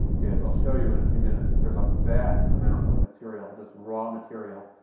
is i'll show you in a few minutes. there's a vast amount of material, just raw material,